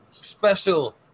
special